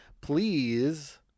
please